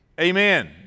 Amen